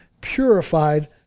purified